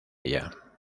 ella